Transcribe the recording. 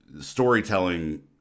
storytelling